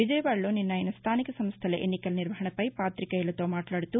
విజయవాడ లో నిన్న అయన స్థానిక సంస్థల ఎన్నికల నిర్వహణపై పాతికేయులతో మాట్లాడుతూ